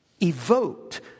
evoked